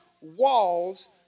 walls